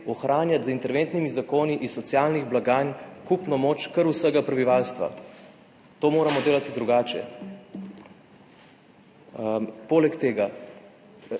ohranjati z interventnimi zakoni iz socialnih blagajn kupno moč kar vsega prebivalstva. To moramo delati drugače.